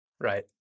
Right